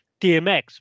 DMX